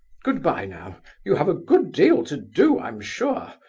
good-bye now you have a good deal to do, i'm sure,